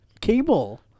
cable